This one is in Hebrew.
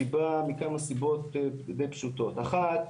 מכמה סיבות די פשוטות: אחת,